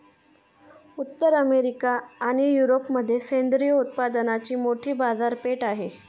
उत्तर अमेरिका आणि युरोपमध्ये सेंद्रिय उत्पादनांची मोठी बाजारपेठ आहे